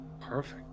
Perfect